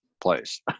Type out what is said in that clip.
place